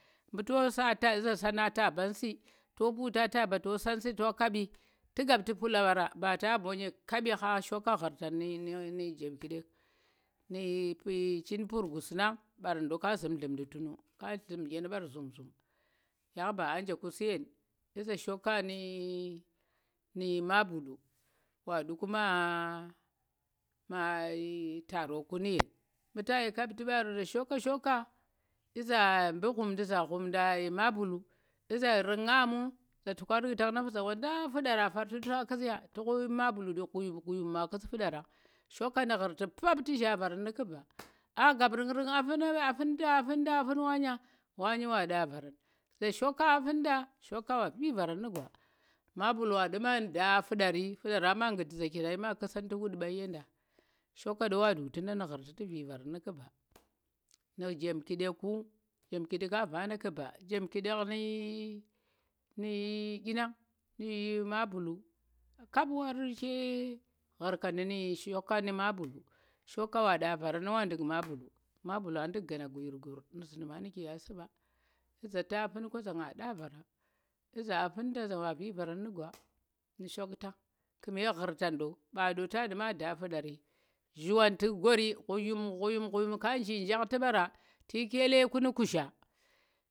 Mbuto sa za sana taɓang su̱ to pukta taba to sansu tu̱kgab tu̱ pula ɓara bata bonye kap ha shoƙa hurtan nu̱ jemkeɗek, nu̱cin puirsusu̱ na mbaran ro ka zim llumdi tunu̱ yan ka zum en bar zum zum yan ba a nje suyen. Shoka nu̱ mabulu wa ndu̱ku ma taroku nu̱yen. Mbu ta yi kaptu̱ ɓar za shoka shoka iza mbu zhundi za manulu iza riknga mu? za tuka riktan nu̱ fun? za wanɗa fuɗura far duu tuɗa ku̱sya tu mabulu duu ghuyup ghuyup ma kus fudaran shoka nu̱ zhurti bap tu̱ zhang voran nu̱ kuba. A jab ringiring a funda a funda a fan wanye wanye wa ɗaa varan. Za shika afunda, shoka wa vi yaran nu̱ gwa. Mabulu waɗii ma da fudari, fudara ma kudi za cinayi ma da fuda tu̱ wud pai ye da. shoka do wa dugɗa nu̱ gurti tu̱ vi varan nu̱ ƙuba ye jomkeɗek ku jemkedek a vada khuba jemkedek nu dyinand mablu kap war iyi gharkandi nu shoka nu mabulu shoka wa davaran wa ndukk mabula, mabuluu ndu̱k gan ghuyup ghuyup nu̱ zin manu̱ge asu̱ ɓa. iZa ta fun kwa za nga ɗa vara za afun da zuwa viran nu̱ gwa nu̱ shoktan kume ghurtan, do mba ta ɗii ma da futari Zhiwantu̱k gori ghuyum ghuyum ghuyum kanji nchaji ɓara, tu̱ki kele ka no kuzhag.